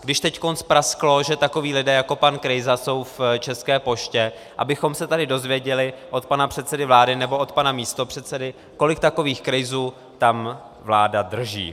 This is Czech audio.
Když teď prasklo, že takoví lidé, jako pan Krejsa, jsou v České poště, abychom se tady dozvěděli od pana předsedy vlády nebo od pana místopředsedy, kolik takových Krejsů tam vláda drží.